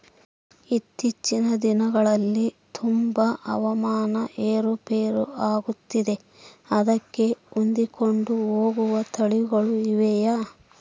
ಇತ್ತೇಚಿನ ದಿನಗಳಲ್ಲಿ ತುಂಬಾ ಹವಾಮಾನ ಏರು ಪೇರು ಆಗುತ್ತಿದೆ ಅದಕ್ಕೆ ಹೊಂದಿಕೊಂಡು ಹೋಗುವ ತಳಿಗಳು ಇವೆಯಾ?